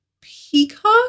Peacock